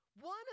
One